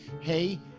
hey